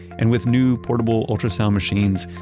and with new portable ultrasound machines,